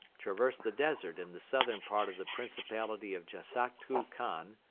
traverse the desert in the southern part of the principality of jassaktu khan,